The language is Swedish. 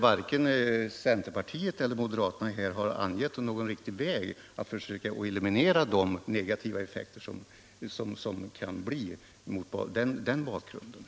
Varken centerpartiet eller moderaterna har här angett någon väg för att försöka eliminera de negativa effekterna av denna ökning.